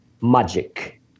Magic